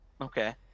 okay